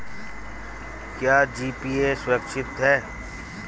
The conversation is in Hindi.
क्या जी.पी.ए सुरक्षित है?